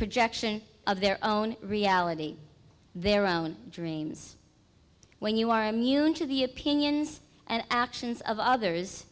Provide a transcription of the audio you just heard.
projection of their own reality their own dreams when you are immune to the opinions and actions of others